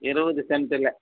இருபது சென்ட்டில்